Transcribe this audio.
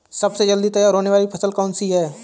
सबसे जल्दी तैयार होने वाली फसल कौन सी है?